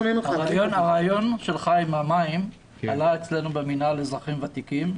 הרעיון שלך עם המים עלה אצלנו במינהל לאזרחים ותיקים,